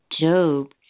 Job